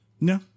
No